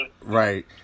Right